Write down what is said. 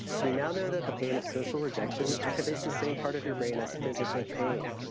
we now know that the pain of social rejection activates the same part of your brain as physical pain.